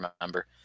remember